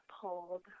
pulled